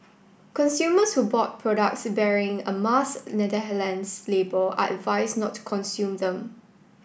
consumers who bought products bearing a Mars label are advised not to consume them